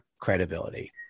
credibility